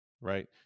right